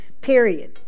period